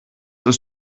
ist